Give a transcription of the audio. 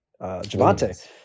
Javante